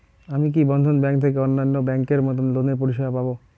আমি কি বন্ধন ব্যাংক থেকে অন্যান্য ব্যাংক এর মতন লোনের পরিসেবা পাব?